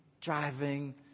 driving